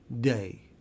day